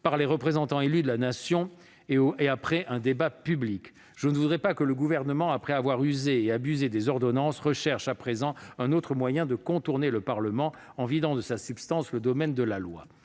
par les représentants élus de la Nation et après un débat public. Je ne voudrais pas que le Gouvernement, après avoir usé et abusé des ordonnances, recherche à présent un autre moyen de contourner le Parlement en vidant de sa substance le domaine de la loi